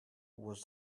was